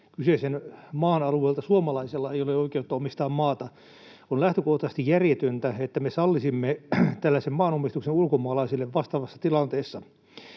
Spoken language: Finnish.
kyseisen maan alueelta suomalaisella ei ole oikeutta omistaa maata. On lähtökohtaisesti järjetöntä, että me sallisimme tällaisen maanomistuksen ulkomaalaisille vastaavassa tilanteessa.